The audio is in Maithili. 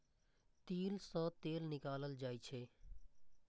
तिल सं तेल निकालल जाइ छै